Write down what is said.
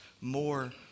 more